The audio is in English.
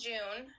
June